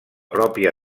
pròpia